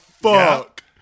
fuck